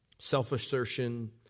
Self-assertion